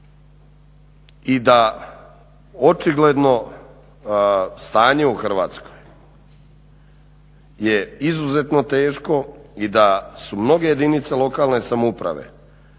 I da očigledno stanje u Hrvatskoj je izuzetno teško i da su mnoge jedinice lokalne samouprave